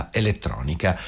elettronica